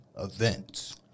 events